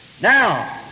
Now